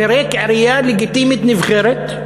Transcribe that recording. פירק עירייה לגיטימית, נבחרת,